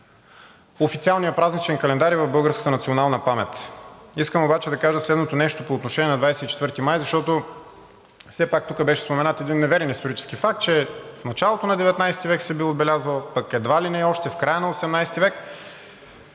официалния празничен календар и в българската национална памет. Искам обаче да кажа следното нещо по отношение на 24 май, защото все пак тук беше споменат един неверен исторически факт, че в началото на XIX в. се бил отбелязвал, едва ли не още в края на XVIII